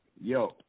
Yo